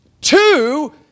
Two